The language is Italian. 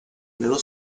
nello